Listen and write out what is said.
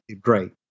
great